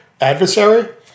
adversary